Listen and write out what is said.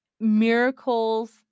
Miracles